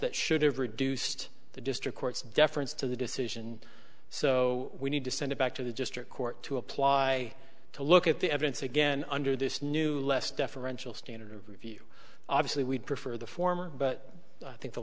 that should have reduced the district court's deference to the decision so we need to send it back to just to court to apply to look at the evidence again under this new less deferential standard of review obviously we'd prefer the former but i think